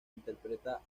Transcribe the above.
interpreta